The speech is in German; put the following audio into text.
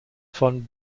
von